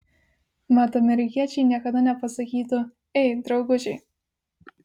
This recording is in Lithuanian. mat amerikiečiai niekada nepasakytų ei draugužiai